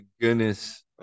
goodness